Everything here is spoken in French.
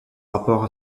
rapport